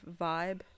vibe